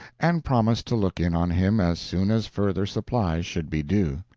and promised to look in on him as soon as further supplies should be due.